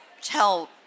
tell